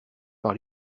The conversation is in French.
par